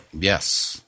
Yes